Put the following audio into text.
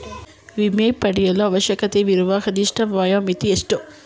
ವಿಮೆ ಪಡೆಯಲು ಅವಶ್ಯಕತೆಯಿರುವ ಕನಿಷ್ಠ ವಯೋಮಿತಿ ಎಷ್ಟು?